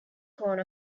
cone